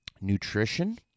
nutrition